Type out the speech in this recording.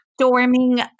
storming